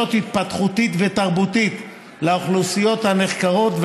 התפתחותית ותרבותית לאוכלוסיות הנחקרות,